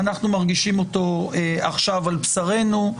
אנחנו מרגישים אותו עכשיו על בשרנו,